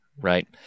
right